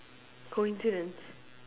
coincidence